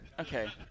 Okay